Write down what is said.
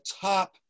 top